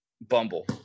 Bumble